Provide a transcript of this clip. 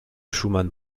schumann